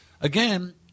again